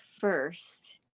first